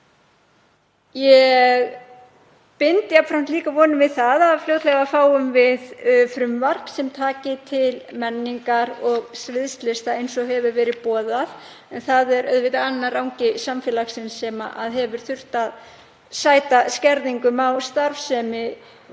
Ég bind jafnframt líka vonir við það að fljótlega fáum við frumvarp sem taki til menningar og sviðslista, eins og hefur verið boðað, en það er auðvitað annar angi samfélagsins sem hefur þurft að sæta skerðingum á starfsemi